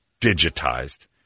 digitized